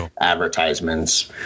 advertisements